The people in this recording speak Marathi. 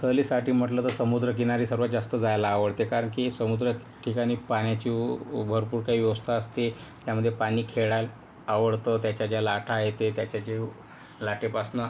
सहलीसाठी म्हटलं तर समुद्रकिनारी सर्वांत जास्त जायला आवडते कारण की समुद्र ठिकाणी पाण्याची भरपूर काही व्यवस्था असते त्यामध्ये पाणी खेळाय आवडतं त्याच्या ज्या लाटा आहे ते त्याच्या जे लाटेपासनं